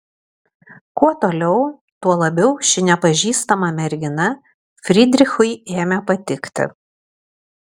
kuo toliau tuo labiau ši nepažįstama mergina frydrichui ėmė patikti